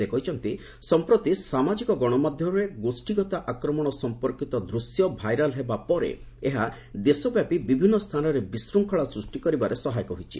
ସେ କହିଛନ୍ତି ସଫପ୍ରତି ସାମାଜିକ ଗଣମାଧ୍ୟମରେ ଗୋଷ୍ଠୀଗତ ଆକ୍ରମଣ ସଂପର୍କିତ ଦୂଶ୍ୟ ଭାଇରାଲ୍ ହେବା ପରେ ଏହା ଦେଶବ୍ୟାପୀ ବିଭିନ୍ନ ସ୍ଥାନରେ ବିଶୃଙ୍ଖଳା ସୃଷ୍ଟି କରିବାରେ ସହାୟକ ହୋଇଛି